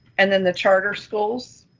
and then the charter schools.